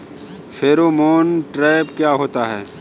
Pheromone trap क्या होता है?